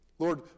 Lord